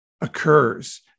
occurs